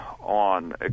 on